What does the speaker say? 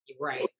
right